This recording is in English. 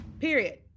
period